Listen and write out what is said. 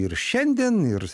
ir šiandien ir